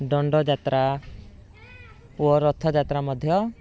ଦଣ୍ଡ ଯାତ୍ରା ଓ ରଥ ଯାତ୍ରା ମଧ୍ୟ